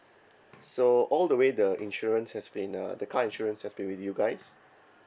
so all the way the insurance has been uh the car insurance has been with you guys